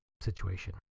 situation